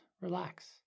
relax